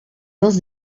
dels